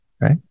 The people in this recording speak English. Right